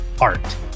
art